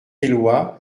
eloi